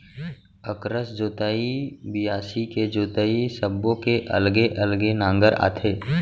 अकरस जोतई, बियासी के जोतई सब्बो के अलगे अलगे नांगर आथे